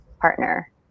partner